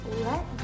let